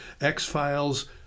X-Files